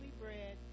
bread